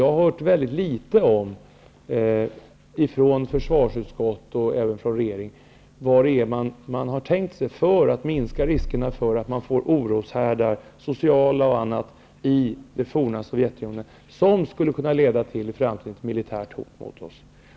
Jag har hört litet från försvarsutskottet och från regeringen om vad man har tänkt att göra för att minska riskerna för oroshärdar, även sociala sådana, i det forna Sovjetunionen, som skulle kunna leda till ett framtida militärt hot mot oss.